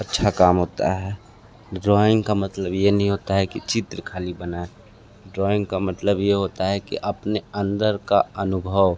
अच्छा काम होता है ड्रॉइंग का मतलब ये नहीं होता है कि चित्र ख़ाली बनाऍं ड्रॉइंग का मतलब ये होता है कि अपने अंदर का अनुभव